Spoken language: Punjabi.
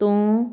ਤੋਂ